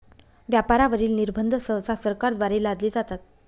व्यापारावरील निर्बंध सहसा सरकारद्वारे लादले जातात